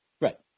Right